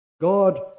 God